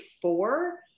four